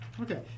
Okay